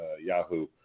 Yahoo